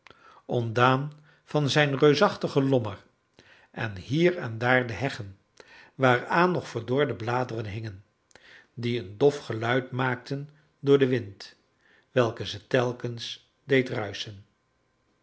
ontdaan van zijn reusachtig lommer en hier en daar de heggen waaraan nog verdorde bladeren hingen die een dof geluid maakten door den wind welke ze telkens deed